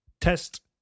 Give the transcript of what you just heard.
test